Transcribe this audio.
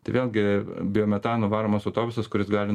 tai vėlgi biometano varomas autobusas kuris gali